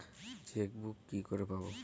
Chequebook কি করে পাবো?